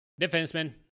Defenseman